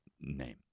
name